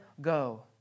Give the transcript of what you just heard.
go